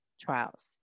trials